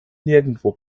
nirgendwo